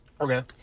Okay